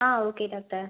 ah okay doctor